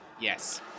Yes